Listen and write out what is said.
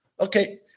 Okay